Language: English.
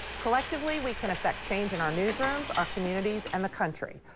collectively we can affect change in our newsrooms, our communities and the country.